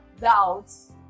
doubts